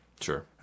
Sure